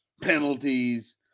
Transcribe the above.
penalties